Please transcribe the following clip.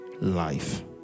Life